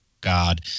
God